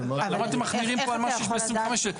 למה אתם מחמירים פה על משהו שב-25 --- אבל